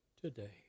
today